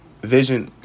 vision